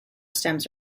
stems